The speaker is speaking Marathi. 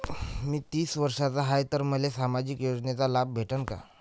मी तीस वर्षाचा हाय तर मले सामाजिक योजनेचा लाभ भेटन का?